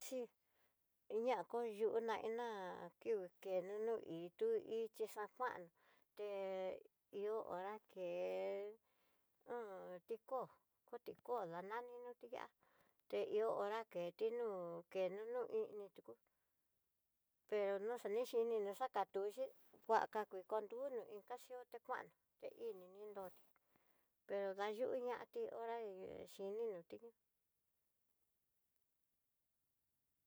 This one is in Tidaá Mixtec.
Xhi ñá kunoná hená kió nó no ití ichí xakuan, té ihó hora ké on tikó tó tikó danani nroti ihá té ihó hora keti nú kenó nó idní tú, pro no xa ni xhini nuxaka tuxhí kuá kaka kondióno tekaxhió tikuná teini ni nrotí pero dayuñatí hora xhi ninó tí.